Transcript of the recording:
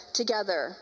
together